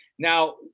Now